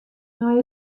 nei